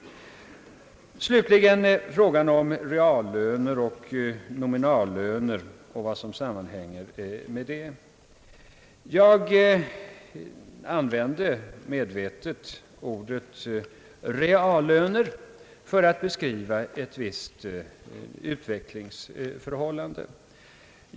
Slutligen har vi frågan om reallöner och nominallöner och vad därmed sammanhänger. Jag använde medvetet ordet »reallöner» för att beskriva ett visst utvecklingsförhållande.